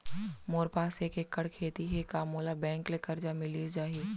मोर पास एक एक्कड़ खेती हे का मोला बैंक ले करजा मिलिस जाही?